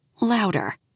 louder